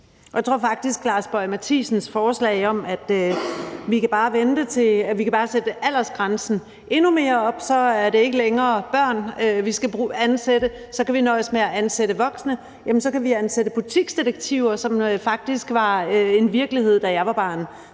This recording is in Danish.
forslag om, at vi bare kan sætte aldersgrænsen endnu mere op, så det ikke længere er børn, vi skal ansætte, men så vi kan nøjes med at ansætte voksne, vil jeg sige, at vi kan ansætte butiksdetektiver, som faktisk var en virkelighed, da jeg var barn.